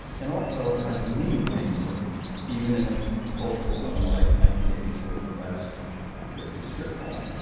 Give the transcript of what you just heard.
and also a kind of meaning making even in a cultural zone like nineteen eighty s working-class new jersey strip mall,